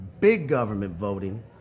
big-government-voting